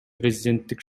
президенттик